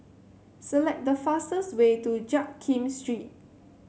select the fastest way to Jiak Kim Street